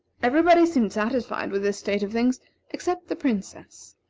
everybody seemed satisfied with this state of things except the princess.